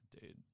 dude